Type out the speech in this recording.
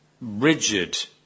rigid